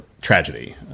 tragedy